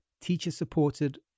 teacher-supported